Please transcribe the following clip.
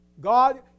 God